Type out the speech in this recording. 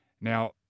Now